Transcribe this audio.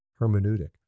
hermeneutic